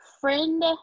Friend